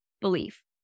belief